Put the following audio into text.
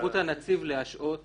סמכות הנציב להשעות